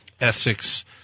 Essex